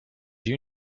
you